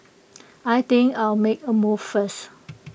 I think I'll make A move first